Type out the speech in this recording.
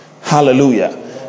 hallelujah